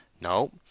No